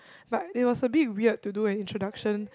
but it was a bit weird to do an introduction